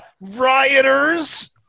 rioters